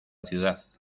ciudad